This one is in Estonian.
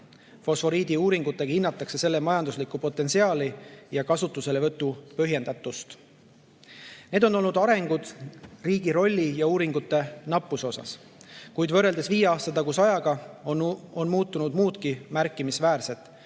Nende uuringutega hinnatakse fosforiidi majanduslikku potentsiaali ja kasutuselevõtu põhjendatust. Need on olnud arengud riigi rolli ja uuringute nappuse vallas, kuid võrreldes viie aasta taguse ajaga on muutunud muudki märkimisväärset,